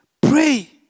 Pray